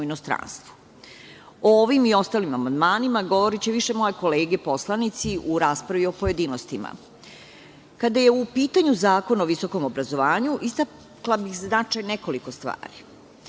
inostranstvu.O ovim i ostalim amandmanima govoriće više moje kolege poslanici u raspravi o pojedinostima. Kada je u pitanju Zakon o visokom obrazovanju, istakla bih nekoliko stvari.